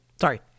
Sorry